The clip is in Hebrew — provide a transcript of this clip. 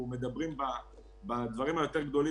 אנחנו מדברים בדברים היותר גדולים,